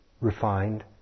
refined